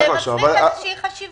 זה מצריך חשיבה.